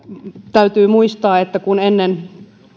täytyy muistaa että kun ennen